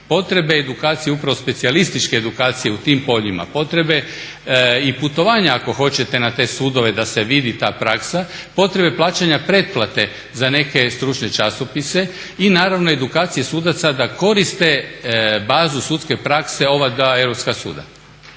potrebe edukacije upravo specijalističke edukacije u tim poljima potrebe i putovanja ako hoćete na te sudove da se vidi ta praksa, potrebe plaćanja pretplate za neke stručne časopise i naravno edukacije sudaca da koriste bazu sudske prakse ova dva Europska suda